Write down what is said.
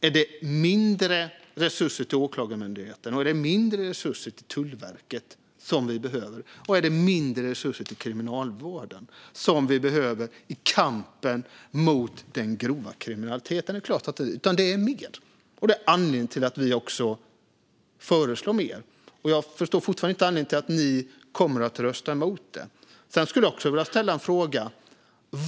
Är det mindre resurser till Åklagarmyndigheten, Tullverket och Kriminalvården som vi behöver i kampen mot den grova kriminaliteten? Det är klart att det inte är, utan det är mer som behövs, och det är anledningen till att vi också föreslår mer. Jag förstår fortfarande inte anledningen till att ni kommer att rösta emot det. Sedan skulle jag också vilja ställa en fråga.